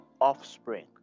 offspring